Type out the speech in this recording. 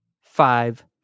five